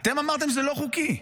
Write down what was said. אתם אמרתם שזה לא חוקי,